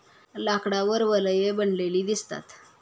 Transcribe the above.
लाकडावर वलये बनलेली दिसतात